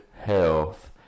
health